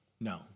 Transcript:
No